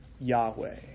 Yahweh